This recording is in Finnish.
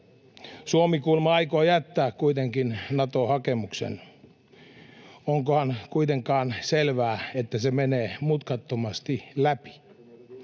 Suomi kuulemma aikoo jättää kuitenkin Nato-hakemuksen. Onkohan kuitenkaan selvää, että se menee mutkattomasti läpi?